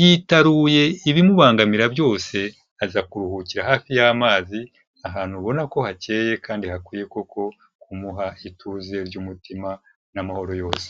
yitaruye ibimubangamira byose, ajya kuruhukira hafi y’amazi, ahantu ubona ko hacyeye kandi hakwiye koko kumuha ituze ry’umutima n’amahoro yose.